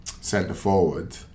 centre-forward